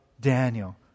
Daniel